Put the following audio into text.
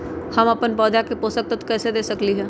हम अपन पौधा के पोषक तत्व कैसे दे सकली ह?